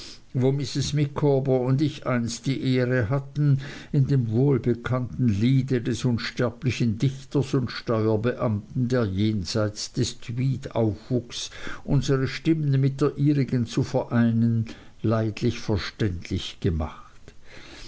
wo mrs micawber und ich einst die ehre hatten in dem wohlbekannten liede des unsterblichen dichters und steuerbeamten der jenseits des tweed aufwuchs unsere stimmen mit der ihrigen zu vereinen leidlich verständig ge